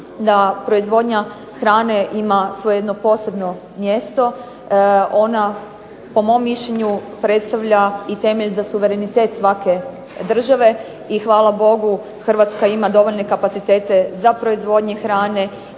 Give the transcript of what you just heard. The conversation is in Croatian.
da proizvodnja hrane ima svoje jedno posebno mjesto. Ona po mom mišljenju predstavlja temelj za suverenitet svake države i hvala Bogu Hrvatska ima dovoljne kapacitete za proizvodnju hrane